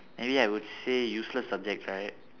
maybe I would say useless subject right